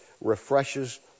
refreshes